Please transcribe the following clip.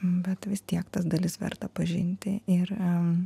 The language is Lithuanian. bet vis tiek tas dalis verta pažinti ir